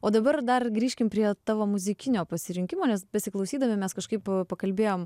o dabar dar grįžkim prie tavo muzikinio pasirinkimo nes besiklausydami mes kažkaip pakalbėjom